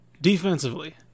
defensively